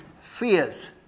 fears